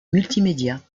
multimédia